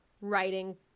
writing